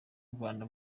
rwanda